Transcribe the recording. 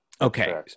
Okay